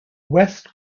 west